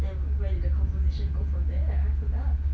and where did the conversation go from there I forgot